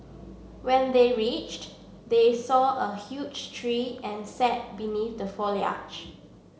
when they reached they saw a huge tree and sat beneath the foliage